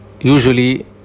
Usually